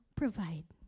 provide